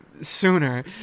sooner